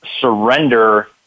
surrender